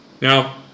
Now